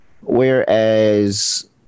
Whereas